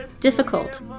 difficult